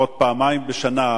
לפחות פעמיים בשנה,